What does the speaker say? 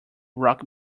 rock